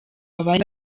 abari